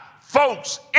folks